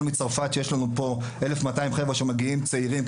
מצרפת שיש לנו פה 1,200 חבר'ה שמגיעים צעירים,